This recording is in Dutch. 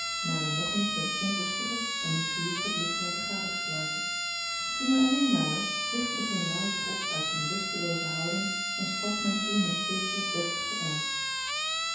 na mij nog eens met een onrustigen en nieuwsgierigen blik te hebben gadegeslagen toen wij alleen waren richtte de generaal zich op uit zijne lustelooze houding en sprak mij toe met zekeren deftigen ernst